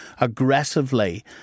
aggressively